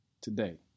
Today